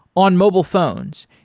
on mobile phones,